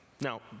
Now